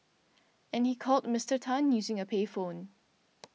and he called Mister Tan using a payphone